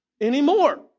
anymore